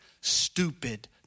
stupid